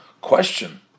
question